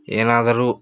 ಏನಾದರೂ